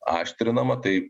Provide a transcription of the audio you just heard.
aštrinama tai